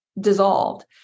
dissolved